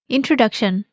Introduction